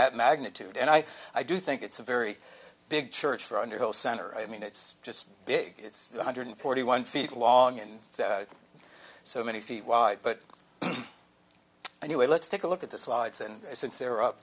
that magnitude and i i do think it's a very big church for underhill center i mean it's just big it's one hundred forty one feet long and so many feet wide but anyway let's take a look at the slides and since they're up